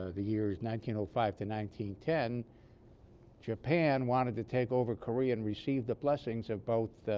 the years nineteen oh five to nineteen ten japan wanted to take over korea and recieved the blessings of both ah.